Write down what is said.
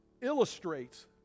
illustrates